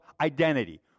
identity